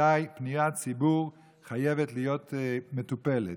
מתי פניית ציבור חייבת להיות מטופלת,